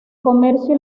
comercio